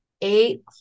eight